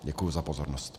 Děkuji za pozornost.